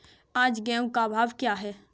आज गेहूँ का भाव क्या है?